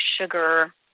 sugar